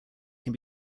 can